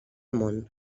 món